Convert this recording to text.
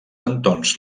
entorns